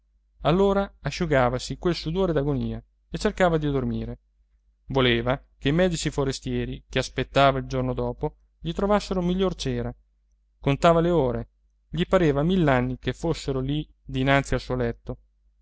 bene allora asciugavasi quel sudore d'agonia e cercava di dormire voleva che i medici forestieri che aspettava il giorno dopo gli trovassero miglior cera contava le ore gli pareva mill'anni che fossero lì dinanzi al